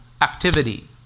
activity